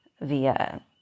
via